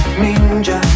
ninja